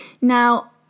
Now